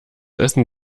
essen